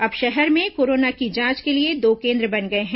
अब शहर में कोरोना की जांच के लिए दो केन्द्र बन गए हैं